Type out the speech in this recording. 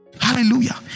Hallelujah